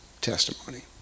testimony